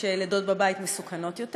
שלידות בבית מסוכנות יותר.